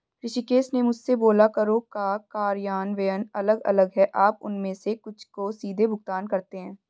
ऋषिकेश ने मुझसे बोला करों का कार्यान्वयन अलग अलग है आप उनमें से कुछ को सीधे भुगतान करते हैं